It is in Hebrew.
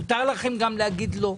מותר לכם גם להגיד לא.